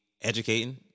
educating